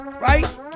right